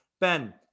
Ben